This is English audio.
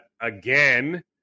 again